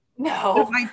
no